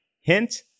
Hint